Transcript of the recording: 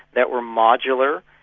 that were modular,